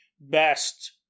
best